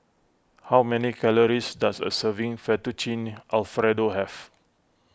how many calories does a serving Fettuccine Alfredo have